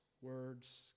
Words